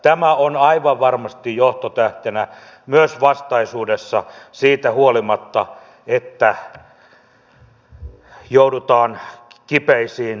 tämä on aivan varmasti johtotähtenä myös vastaisuudessa siitä huolimatta että joudutaan kipeisiin leikkauksiin